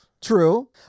true